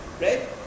Right